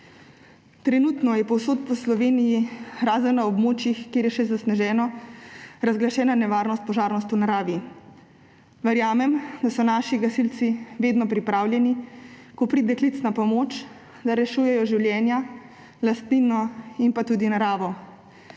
Trenutno je povsod po Sloveniji, razen na območjih, kjer je še zasneženo, razglašena nevarnost požarov v naravi. Verjamem, da so naši gasilci vedno pripravljeni, ko pride klic na pomoč, da rešujejo življenja, lastnino in tudi naravo.